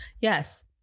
Yes